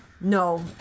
No